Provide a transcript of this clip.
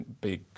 big